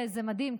זה מדהים,